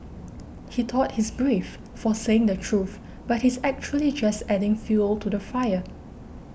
he thought he's brave for saying the truth but he's actually just adding fuel to the fire